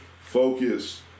Focus